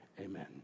Amen